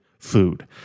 Food